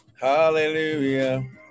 Hallelujah